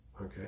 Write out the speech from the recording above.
Okay